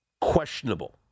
questionable